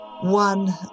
one